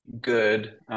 good